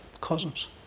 cousins